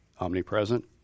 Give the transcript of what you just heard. omnipresent